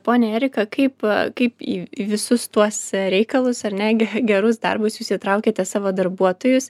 ponia erika kaip kaip į į visus tuos reikalus ar ne gerus darbus jūs įtraukiate savo darbuotojus